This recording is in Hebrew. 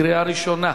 בקריאה ראשונה.